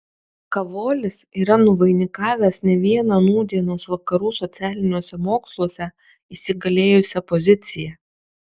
kavolis yra nuvainikavęs ne vieną nūdienos vakarų socialiniuose moksluose įsigalėjusią poziciją